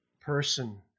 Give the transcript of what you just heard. person